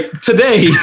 today